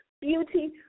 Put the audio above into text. beauty